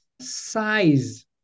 size